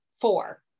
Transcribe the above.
four